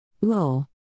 Lol